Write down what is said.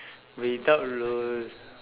without lo~